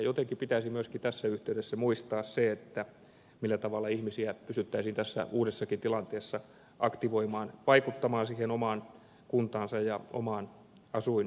jotenkin pitäisi myöskin tässä yhteydessä muistaa se millä tavalla ihmisiä pystyttäisiin tässä uudessakin tilanteessa aktivoimaan vaikuttamaan siihen omaan kuntaan ja omaan asuinympäristöön